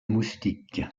moustique